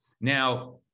Now